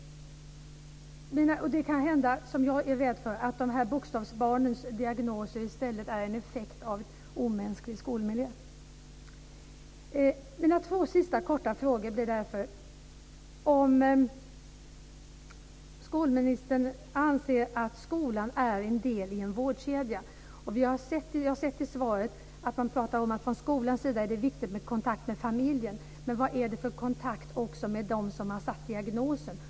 Det kan hända, vilket jag är rädd för, att de här bokstavsbarnens diagnoser är en effekt av en omänsklig skolmiljö. En kort fråga blir därför om skolministern anser att skolan är en del i en vårdkedja. Vi har sett i svaret att man pratar om att det från skolans sida är viktigt med kontakt med familjen. Men vad är det för kontakt med dem i vården, som har ställt diagnosen?